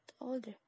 older